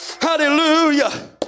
hallelujah